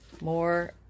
more